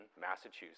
Massachusetts